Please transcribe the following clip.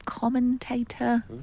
Commentator